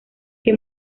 que